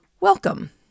welcome